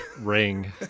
ring